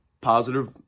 positive